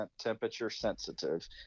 temperature-sensitive